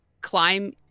climb